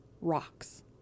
rocks